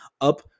up